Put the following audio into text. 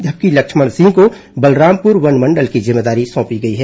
जबकि लक्ष्मण सिंह को बलरामपुर वनमंडल की जिम्मेदारी सौंपी गई है